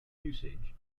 usage